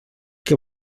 què